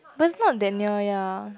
but is not that near ya